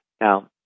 Now